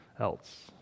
else